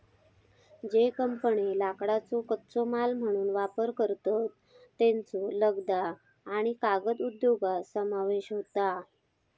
ज्ये कंपन्ये लाकडाचो कच्चो माल म्हणून वापर करतत, त्येंचो लगदा आणि कागद उद्योगात समावेश होता